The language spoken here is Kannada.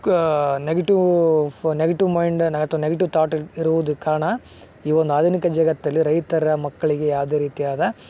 ನೆಗೆಟಿವ್ ನೆಗೆಟಿವ್ ಮೈಂಡ್ ಅಥವಾ ನೆಗೆಟಿವ್ ತಾಟ್ ಇರುವುದಕ್ಕೆ ಕಾರಣ ಈ ಒಂದು ಆಧುನಿಕ ಜಗತ್ತಲ್ಲಿ ರೈತರ ಮಕ್ಕಳಿಗೆ ಯಾವುದೆ ರೀತಿಯಾದ